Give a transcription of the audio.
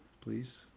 please